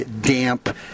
damp